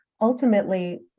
Ultimately